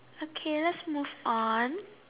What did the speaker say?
okay let's move on